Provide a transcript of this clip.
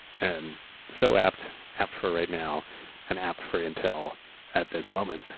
and so apt apt for right now and apt for intel at this moment.